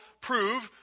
prove